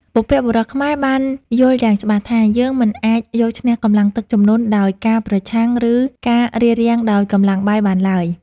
បុព្វបុរសខ្មែរបានយល់យ៉ាងច្បាស់ថា យើងមិនអាចយកឈ្នះកម្លាំងទឹកជំនន់ដោយការប្រឆាំង ឬការរារាំងដោយកម្លាំងបាយបានឡើយ។